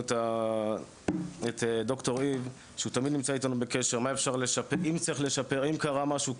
ד"ר איב נמצא אתנו בקשר אם קרה משהו,